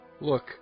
Look